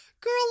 Girl